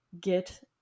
get